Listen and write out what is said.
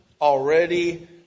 already